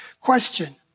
Question